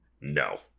No